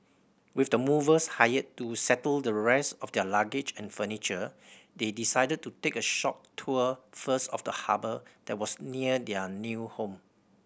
with the movers hired to settle the rest of their luggage and furniture they decided to take a short tour first of the harbour that was near their new home